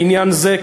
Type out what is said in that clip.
לעניין זה,